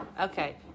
Okay